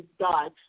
God